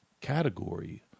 category